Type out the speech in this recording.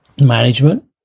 Management